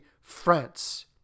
France